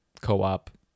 co-op